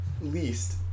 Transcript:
least